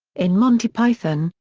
in monty python,